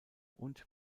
und